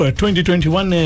2021